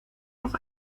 doch